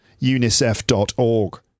UNICEF.org